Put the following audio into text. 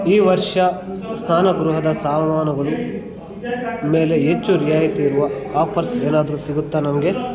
ಈ ವರ್ಷ ಸ್ನಾನಗೃಹದ ಸಾಮಾನುಗಳು ಮೇಲೆ ಹೆಚ್ಚು ರಿಯಾಯಿತಿಯಿರುವ ಆಫರ್ಸ್ ಏನಾದರೂ ಸಿಗುತ್ತ ನಮಗೆ